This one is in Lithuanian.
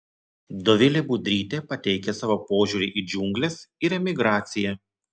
dovilė budrytė pateikia savo požiūrį į džiungles ir emigraciją